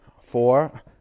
four